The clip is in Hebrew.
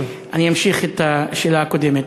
אני אמשיך את השאלה הקודמת.